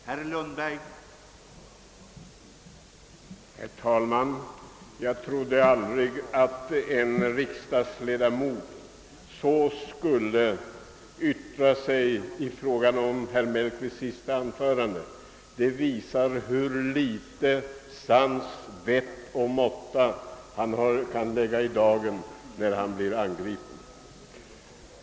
Herr talman! Jag trodde aldrig att en riksdagsledamot skulle yttra sig så som herr Mellqvist gjorde i sitt senaste anförande — det visade hur litet sans, vett och måtta han lägger i dagen när han blir angripen.